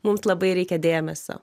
mums labai reikia dėmesio